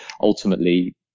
ultimately